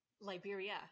Liberia